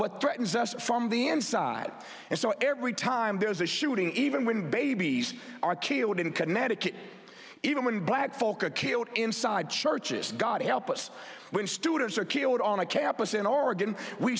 us from the inside and so every time there is a shooting even when babies are killed in connecticut even when black folk are killed inside churches god help us when students are killed on a campus in oregon we